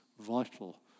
vital